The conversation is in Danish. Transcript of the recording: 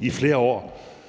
i flere år,